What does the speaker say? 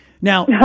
Now